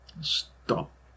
stop